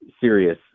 serious